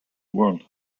world